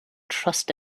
trust